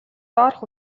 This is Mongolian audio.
доорх